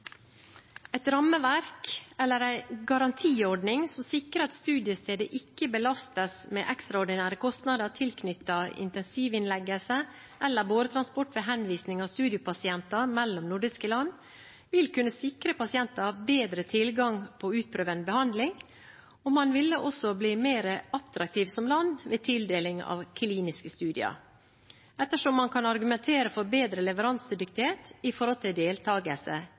Et rammeverk eller en garantiordning som sikrer at studiestedet ikke belastes med ekstraordinære kostnader tilknyttet intensivinnleggelse eller båretransport ved henvisning av studiepasienter mellom nordiske land, vil kunne sikre pasienter bedre tilgang på å utprøve en behandling, og man ville også bli mer attraktiv som land ved tildeling av kliniske studier, ettersom man kan argumentere for bedre leveransedyktighet i forhold til